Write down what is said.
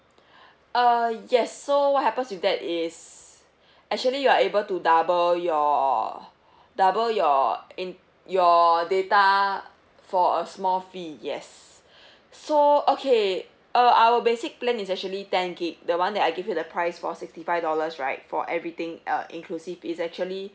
uh yes so what happens with that is actually you are able to double your double your in~ your data for a small fee yes so okay uh our basic plan is actually ten gig the one that I give you the price for sixty five dollars right for everything uh inclusive is actually